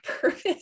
purpose